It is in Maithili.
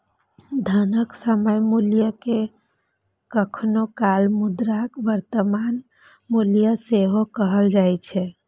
धनक समय मूल्य कें कखनो काल मुद्राक वर्तमान मूल्य सेहो कहल जाए छै